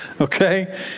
Okay